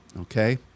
Okay